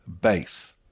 base